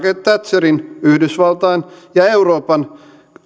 thatcherin kaltaiset yhdysvaltain ja euroopan